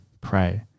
pray